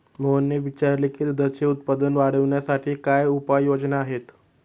मोहनने विचारले की दुधाचे उत्पादन वाढवण्यासाठी काय उपाय योजना आहेत?